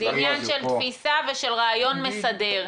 זה עניין של תפיסה ושל רעיון מסדר.